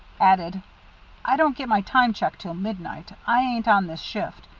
added i don't get my time check till midnight. i ain't on this shift.